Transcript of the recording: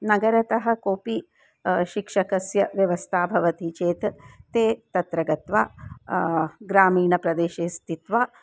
नगरतः कोपि शिक्षकस्य व्यवस्था भवति चेत् ते तत्र गत्वा ग्रामीणप्रदेशे स्थित्वा